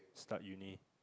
start uni